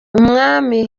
umwami